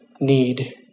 need